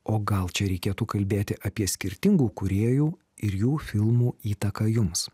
o gal čia reikėtų kalbėti apie skirtingų kūrėjų ir jų filmų įtaką jums